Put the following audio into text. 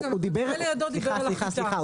סליחה,